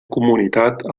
comunitat